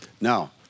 Now